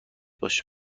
باش